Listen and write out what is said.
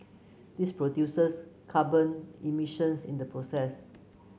this produces carbon emissions in the process